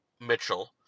Mitchell